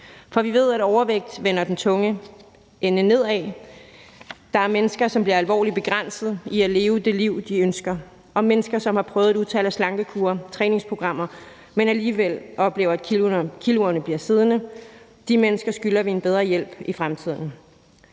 for vi ved, at overvægt vender den tunge ende nedad. Der er mennesker, som bliver alvorligt begrænset i at leve det liv, de ønsker, og mennesker, som har prøvet et utal af slankekure og træningsprogrammer, men alligevel oplever, at kiloene bliver siddende. De mennesker skylder vi en bedre hjælp i fremtiden.